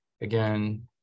again